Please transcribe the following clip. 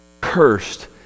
Cursed